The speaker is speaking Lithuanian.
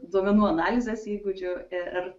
duomenų analizės įgūdžių ir